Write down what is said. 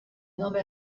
nome